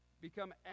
Become